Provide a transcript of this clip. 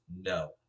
No